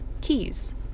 keys